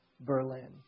Berlin